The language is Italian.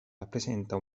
rappresenta